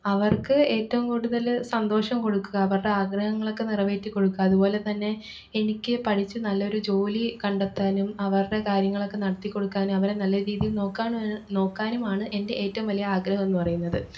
അവർക്ക് ഏറ്റവും കൂടുതല് സന്തോഷം കൊടുക്കുക അവരുടെ ആഗ്രഹങ്ങളൊക്കെ നിറവേറ്റി കൊടുക്കുക അതുപോലെ തന്നെ എനിക്ക് പഠിച്ച് നല്ലൊരു ജോലി കണ്ടെത്താനും അവരുടെ കാര്യങ്ങളൊക്കെ നടത്തിക്കൊടുക്കാനും അവരെ നല്ല രീതിയിൽ നോക്കാനുമാണ് എൻറെ ഏറ്റവും വലിയ ആഗ്രഹം എന്ന് പറയുന്നത്